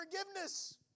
forgiveness